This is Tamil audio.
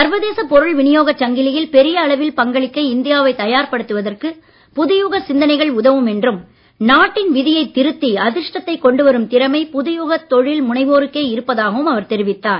சர்வதேச பொருள் விநியோகச் சங்கிலியில் பெரிய அளவில் பங்களிக்க இந்தியாவை தயார்படுத்துவதற்கு புது யுக சிந்தனைகள் உதவும் என்றும் நாட்டின் விதியைத் திருத்தி அதிர்ஷ்டத்தைக் கொண்டு வரும் திறமை புதுயுகத் தொழில் முனைவோருக்கே இருப்பதாகவும் அவர் தெரிவித்தார்